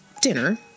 dinner